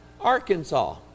Arkansas